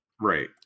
Right